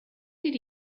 did